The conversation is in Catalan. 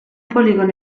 polígon